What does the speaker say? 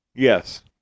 Yes